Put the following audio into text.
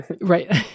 Right